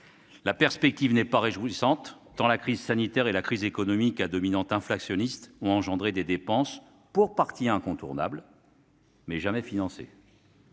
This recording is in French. La perspective n'est pas réjouissante, tant la crise sanitaire et la crise économique à dominante inflationniste ont engendré des dépenses pour partie incontournables, mais jamais financées.